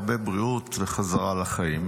הרבה בריאות וחזרה לחיים